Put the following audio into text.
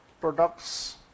products